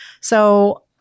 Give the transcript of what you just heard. So-